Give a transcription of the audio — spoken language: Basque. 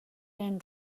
ren